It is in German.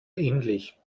ähnlich